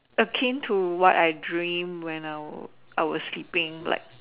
akin to what I dream when I I was sleeping like